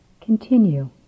continue